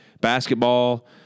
basketball